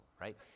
Right